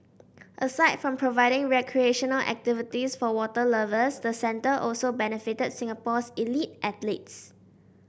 aside from providing recreational activities for water lovers the centre also benefited Singapore's elite athletes